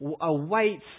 await